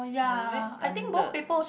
was it and the